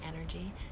energy